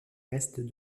restes